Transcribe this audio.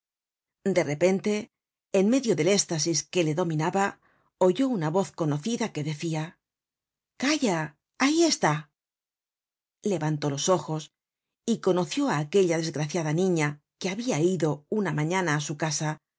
de repente en medio del éstasis que le dominaba oyó una voz conocida qué decia calla ahíestá levantó los ojos y conoció á aquella desgraciada niña que habia ido una mañana á su casa